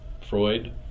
Freud